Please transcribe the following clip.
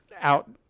out